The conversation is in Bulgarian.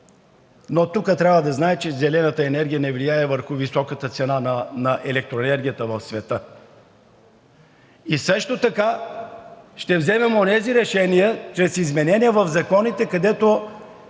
но тук трябва да се знае, че зелената енергия не влияе върху високата цена на електроенергията в света. И също така ще вземем онези решения чрез изменение в законите, където